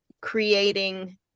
creating